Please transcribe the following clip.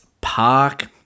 Park